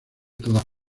todas